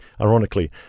Ironically